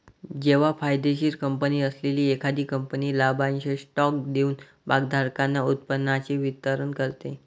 जेव्हा फायदेशीर कंपनी असलेली एखादी कंपनी लाभांश स्टॉक देऊन भागधारकांना उत्पन्नाचे वितरण करते